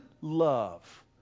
love